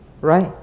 Right